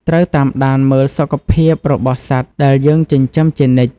ត្រូវតាមដានមើលសុខភាពរបស់សត្វដែលយើងចិញ្ចឹមជានិច្ច។